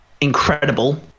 incredible